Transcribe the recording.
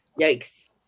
Yikes